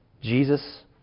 Jesus